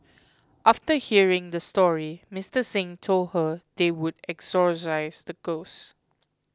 after hearing the story Mister Xing told her they would exorcise the ghosts